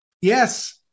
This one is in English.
yes